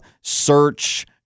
search